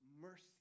mercy